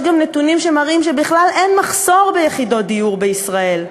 יש גם נתונים שמראים שבכלל אין מחסור ביחידות דיור בישראל.